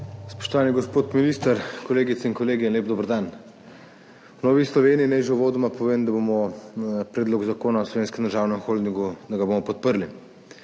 Spoštovani gospod minister, kolegice in kolegi, lep dober dan! V Novi Sloveniji, naj že uvodoma povem, bomo Predlog zakona o Slovenskem državnem holdingu podprli